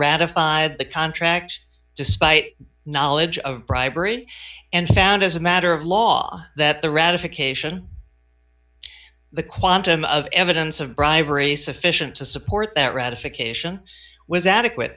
ratified the contract despite knowledge of bribery and found as a matter of law that the ratification the quantum of evidence of bribery sufficient to support that